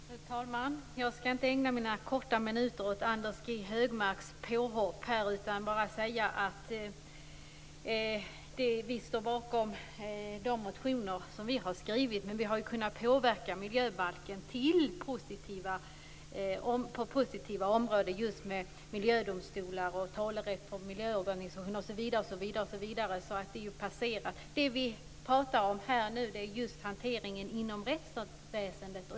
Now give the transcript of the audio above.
Fru talman! Jag skall inte ägna mina korta minuter åt Anders G Högmarks påhopp, utan jag vill bara säga att vi står bakom de motioner som vi har skrivit. Vi har dock kunnat påverka miljöbalken positivt just när det gäller miljödomstolar, talerätt för miljöorganisationer osv. Det där är alltså passerat. Det vi pratar om här och nu är hanteringen inom rättsväsendet.